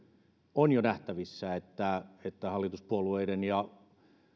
on jo nähtävissä että että hallituspuolueiden ja